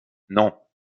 non